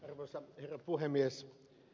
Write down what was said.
arvoisa herra puhemies